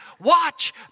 watch